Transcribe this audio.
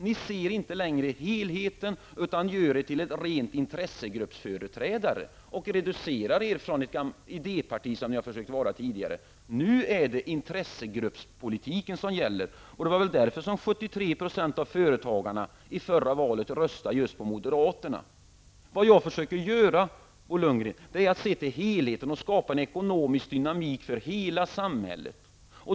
Ni ser inte längre helheten och gör partiet helt till företrädare för intressegrupper och reducerar därmed partiet från det idéparti som ni tidigare har försökt vara. Nu är det intressegruppspolitiken som gäller. Det var väl därför som 73 % av företagarna röstade just på moderaterna i förra valet. Det jag försökt göra, Bo Lundgren, är att se till helheten och skapa en ekonomisk dynamik för hela samhället.